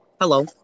Hello